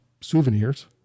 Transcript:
souvenirs